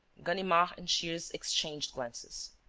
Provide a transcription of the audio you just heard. ganimard and shears exchanged glances.